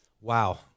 Wow